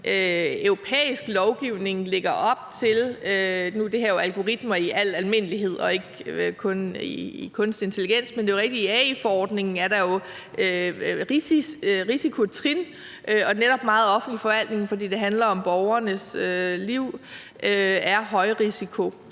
europæisk lovgivning lægger op til. Nu er det her jo algoritmer i al almindelighed og ikke kun kunstig intelligens. Det er jo rigtigt, at der i AI-forordningen er risikotrin, og netop meget offentlig forvaltning er højrisiko, fordi det handler om borgernes liv. Derfor